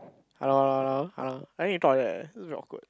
hello hello hello hello I need to talk like that eh this is very awkward